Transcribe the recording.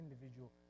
individual